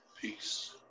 Peace